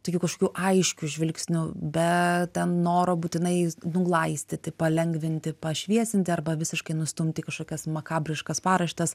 tokiu kažkokiu aiškiu žvilgsniu bet ten noro būtinai nuglaistyti palengvinti pašviesinti arba visiškai nustumti į kažkokias makabriškas paraštes